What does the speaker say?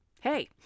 Hey